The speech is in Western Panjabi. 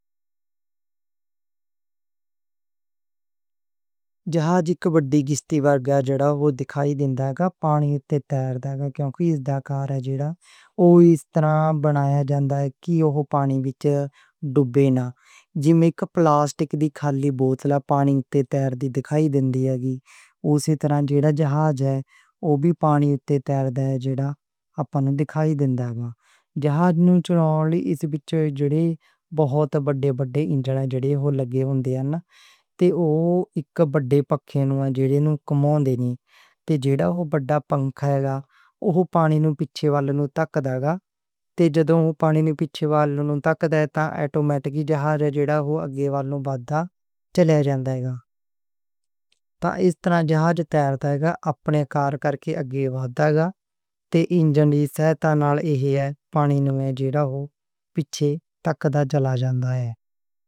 جہاز اک وڈی کشتی ورگا ہے، جڑا او دکھائی دیندا کہ پانی اتے تیر دا کیونکہ اس دا کار او اس طرح بنایا جاندا ہے کہ او پانی وچ ڈوبے گا۔ جے میں اک پلاسٹک دی خالی بوتل پانی وچ تیر دی دکھائے گی، اوسے طرح جڑا جہاز ہے او وی پانی وچ تیر دا جڑا اپنوں دکھائی دیندا ہے۔ جہاز نوں چلاؤن لئی جڑے بہت وڈے وڈے انجن لگے ہوندے ہیں تے اک وڈا پنکھا وی ہوندا جڑا کم کرے گا، جہاز نوں چلاؤن لئی اس وڈے پنکھے نیں جڑے کم کریں گے۔ تیزہ دا ہون وڈا پنکھا ہووے گا، بہت پانی نوں پچھے والے نوں دھک دے گا، توں تینوں پچھے والے نوں پانی نوں دھک دے گا، تو آٹومیٹک جہاز اگے بڑھ دے گا چل جاندا۔ اس طرح جہاز تیر دا ہے گا تے اپنے کرکے اے گی، وارث ہووے گا، تے انجن دی سہتا نال پانی جڑا ہون پچھے ٹکڑاں چلا جاندا ہے۔